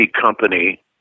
company